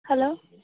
hello